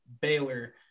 Baylor